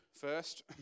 first